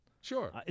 Sure